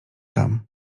tam